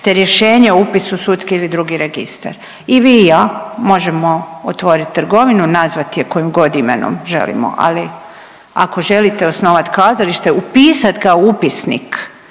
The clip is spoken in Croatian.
te rješenje o upisu u sudski ili drugi registar. I vi i ja možemo otvoriti trgovinu, nazvati je kojim god imenom želimo, ali ako želite osnovati kazalište, upisat ga u upisnik